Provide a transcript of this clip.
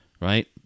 Right